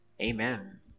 Amen